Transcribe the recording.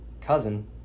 cousin